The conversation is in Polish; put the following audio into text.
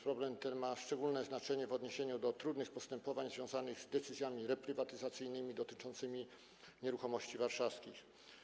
Problem ten ma szczególne znaczenie w odniesieniu do trudnych postępowań związanych z decyzjami reprywatyzacyjnymi dotyczącymi nieruchomości warszawskich.